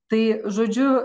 tai žodžiu